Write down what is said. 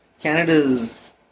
Canada's